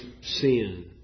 sin